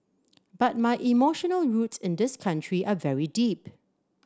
but my emotional roots in this country are very deep